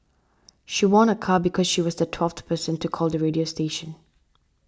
she won a car because she was the twelfth person to call the radio station